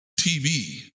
TV